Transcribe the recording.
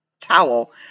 towel